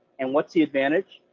and what's the advantage?